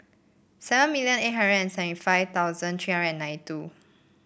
seven million eight hundred and seven five thousand three nine two